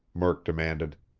murk demanded.